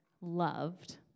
loved